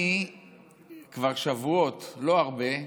אני כבר שבועות, לא הרבה,